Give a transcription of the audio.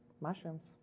Mushrooms